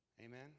Amen